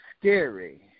scary